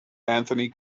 anthony